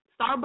Starbucks